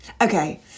Okay